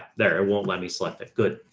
there, it won't let me select that. good.